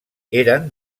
eren